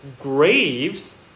graves